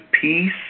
peace